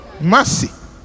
Mercy